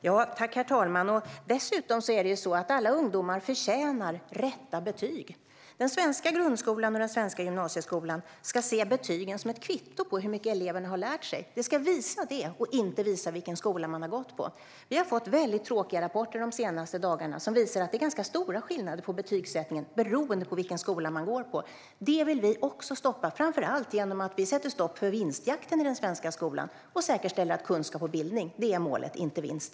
Herr talman! Dessutom förtjänar alla ungdomar rätt betyg. Den svenska grundskolan och den svenska gymnasieskolan ska se betygen som ett kvitto på hur mycket eleven har lärt sig. Det är det som ska visas och inte vilken skola man har gått på. Vi har fått väldigt tråkiga rapporter de senaste dagarna som visar att det är ganska stora skillnader på betygssättningen beroende på vilken skola som man går i. Det vill vi också stoppa, framför allt genom att sätta stopp för vinstjakten i den svenska skolan och säkerställa att kunskap och bildning är målet, inte vinst.